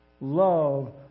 love